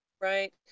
Right